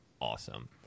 awesome